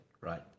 right